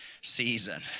season